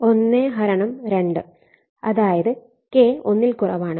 അതായത് K ഒന്നിൽ കുറവാണ്